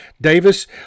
Davis